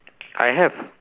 I have